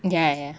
ya ya